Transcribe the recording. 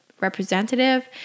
representative